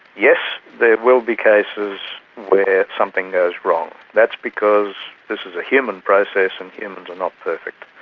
yes, there will be cases where something goes wrong, that's because this is a human process and humans are not perfect,